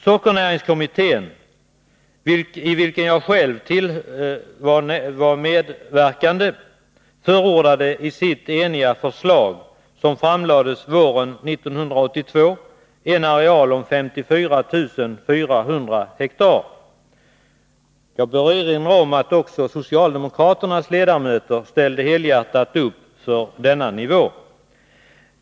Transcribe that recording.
Sockernäringskommittén, i vilken jag själv medverkade, förordade i sitt eniga förslag, som framlades våren 1982, en areal om 54 400 hektar. Jag vill erinra om att också socialdemokraternas ledamöter helhjärtat ställde upp för denna nivå.